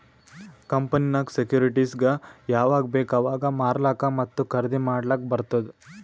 ಕಂಪನಿನಾಗಿಂದ್ ಸೆಕ್ಯೂರಿಟಿಸ್ಗ ಯಾವಾಗ್ ಬೇಕ್ ಅವಾಗ್ ಮಾರ್ಲಾಕ ಮತ್ತ ಖರ್ದಿ ಮಾಡ್ಲಕ್ ಬಾರ್ತುದ್